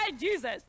Jesus